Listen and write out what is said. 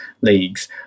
leagues